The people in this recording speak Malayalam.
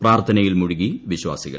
പ്രാർത്ഥനയിൽ മുഴുകി വിശ്വാസികൾ